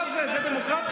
מה זה, זה דמוקרטיה?